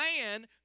man